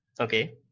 Okay